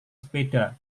sepeda